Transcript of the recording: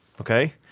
okay